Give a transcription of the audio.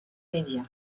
médias